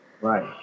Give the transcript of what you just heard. Right